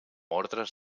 ordres